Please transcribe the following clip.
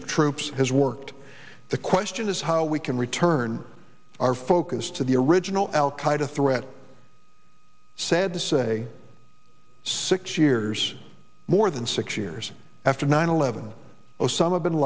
of troops has worked the question is how we can return our focus to the original al qaeda threat sad to say six years more than six years after nine eleven osama bin